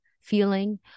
feeling